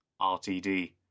RTD